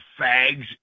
fags